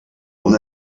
una